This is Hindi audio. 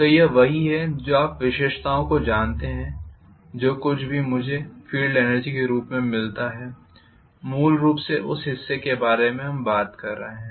तो यह वही है जो आप विशेषताओं को जानते हैं जो कुछ भी मुझे फील्ड एनर्जी के रूप में मिलता है मूल रूप से उस हिस्से के बारे में बात कर रहे हैं